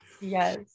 yes